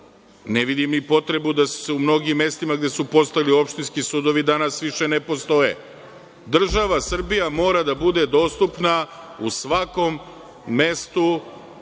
ne vidim ni potrebu da su se u mnogim mestima gde su postojali opštinski sudovi danas više ne postoje. Država Srbija mora da bude dostupna u svakom mestu